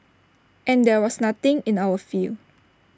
and there was nothing in our field